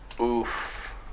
Oof